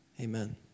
Amen